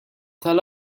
tal